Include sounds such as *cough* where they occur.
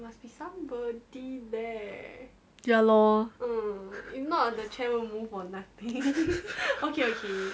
ya lor *laughs*